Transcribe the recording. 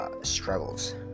struggles